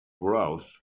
growth